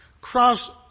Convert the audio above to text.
Cross